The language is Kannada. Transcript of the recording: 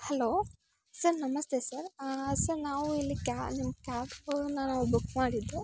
ಹಲೋ ಸರ್ ನಮಸ್ತೆ ಸರ್ ಸರ್ ನಾವು ಇಲ್ಲಿ ಕ್ಯಾನ್ ಕ್ಯಾಬ್ನ ನಾವು ಬುಕ್ ಮಾಡಿದ್ದು